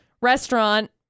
restaurant